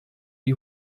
die